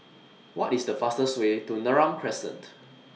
What IS The fastest Way to Neram Crescent